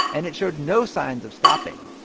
and it showed no signs of stopping.